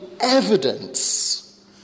evidence